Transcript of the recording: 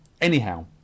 Anyhow